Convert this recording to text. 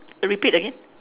repeat again